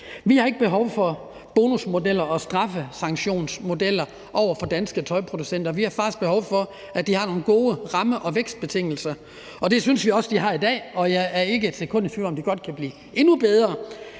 Vi har ikke behov for bonusmodeller og straffesanktionsmodeller over for danske tøjproducenter. Vi har faktisk behov for, at de har nogle gode ramme- og vækstbetingelser, og det synes vi også de har i dag. Og jeg er ikke et sekund i tvivl om, at det godt kan blive endnu bedre,